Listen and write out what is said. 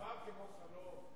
זה עבר כמו חלום.